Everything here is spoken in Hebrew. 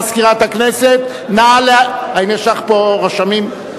מזכירת הכנסת, האם יש לך פה רשמים?